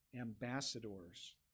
ambassadors